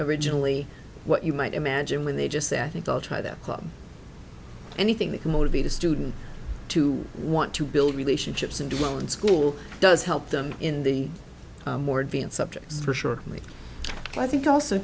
originally what you might imagine when they just say i think i'll try that club anything that can motivate a student to want to build relationships and do well in school does help them in the more advanced subjects for sure but i think also